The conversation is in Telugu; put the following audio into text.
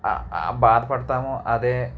బాధపడతాము అదే